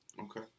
Okay